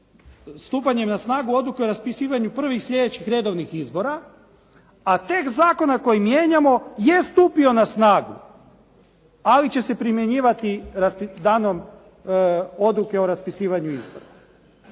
stupanjem na snagu odluku o raspisivanju prvih sljedećih redovnih izbora, a tek zakona koji mijenjamo je stupio na snagu, ali će se primjenjivati danom odluke o raspisivanju izbora.